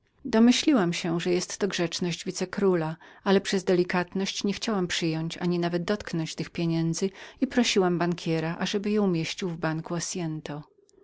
domyśliłam się że była to grzeczność wicekróla ale nie chciałam przyjąć ani nawet dotknąć się tych pieniędzy i prosiłam bankiera ażeby zostawił je u